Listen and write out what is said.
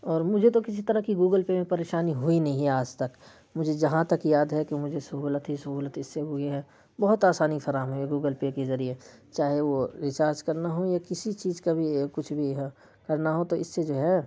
اور مجھے تو کسی طرح کی گوگل پے میں پریشانی ہوئی نہیں آج تک مجھے جہاں تک یاد ہے کہ مجھے سہولت ہی سہولت اس سے ہوئی ہے بہت آسانی فراہم ہوئی گوگل پے کے ذریعے چاہے وہ ریچارج کرنا ہو یا کسی چیز کا بھی کچھ بھی کرنا ہو تو اس سے جو ہے